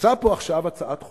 מוצעת פה עכשיו הצעת חוק,